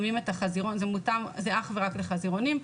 זה מותאם אך ורק לחזירונים,